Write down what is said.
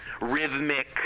rhythmic